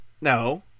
No